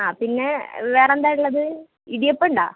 ആ പിന്നെ വേറെന്താ ഉള്ളത് ഇടിയപ്പം ഉണ്ടോ